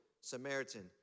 Samaritan